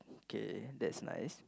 okay that's nice